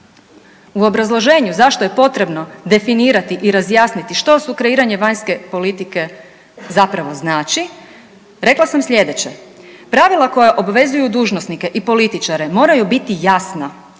U obrazloženju zašto je potrebno definirati i razjasniti što sukreiranje vanjske politike zapravo znači rekla sam slijedeće. Pravila koja obvezuju dužnosnike i političare moraju biti jasna